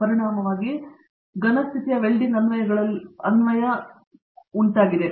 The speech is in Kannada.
ಪರಿಣಾಮವಾಗಿ ಅನ್ವಯಗಳಲ್ಲಿ ಘನ ಸ್ಥಿತಿಯ ವೆಲ್ಡಿಂಗ್ ಅನ್ನು ತೆಗೆದುಕೊಂಡಿದೆ